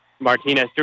Martinez